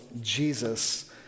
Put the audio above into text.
Jesus